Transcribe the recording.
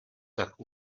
tak